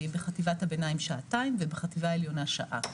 בחטיבת הביניים שעתיים ובחטיבה העליונה שעה.